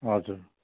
हजुर